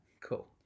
Cool